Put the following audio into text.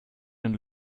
ein